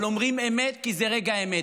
אבל אומרים אמת, כי זה רגע האמת.